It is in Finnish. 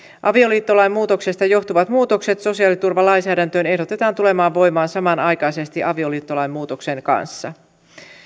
avioliittolain muutoksesta johtuvat muutokset sosiaaliturvalainsäädäntöön ehdotetaan tulemaan voimaan samanaikaisesti avioliittolain muutoksen kanssa